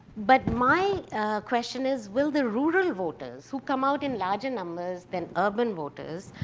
but my question is, will the rural voters who come out in larger numbers than urban voters,